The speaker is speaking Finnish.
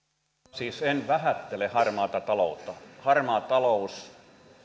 siis en vähättele harmaata taloutta harmaa talous